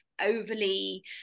overly